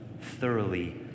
thoroughly